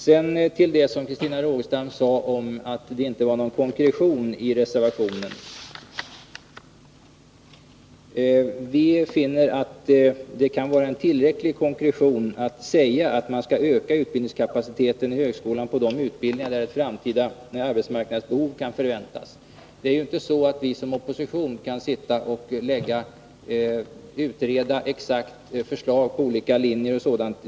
Sedan till det Christina Rogestam sade om att det inte var någon konkretion i reservationen! Vi finner att det kan vara en tillräcklig konkretion att säga att man skall öka utbildningskapaciteten i högskolan på de utbildningar som kan tänkas täcka ett väntat framtida arbetsmarknadsbehov. Vi i oppositionen kan inte exakt utreda och lägga fram förslag till olika linjer och kurser.